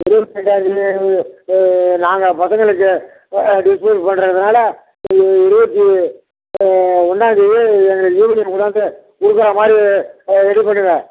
இருபத்தி அஞ்சாம்தேதி நாங்கள் பசங்களுக்கு டிஸ்போஸ் பண்ணுறதுனால இருபத்தி ஒன்னாம்தேதி எங்களுக்கு யூனிஃபார்மை கொண்டாந்து கொடுக்குறா மாதிரி ரெடி பண்ணுங்கள்